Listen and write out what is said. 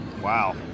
Wow